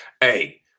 Hey